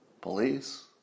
Police